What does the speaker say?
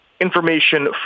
information